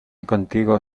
contigo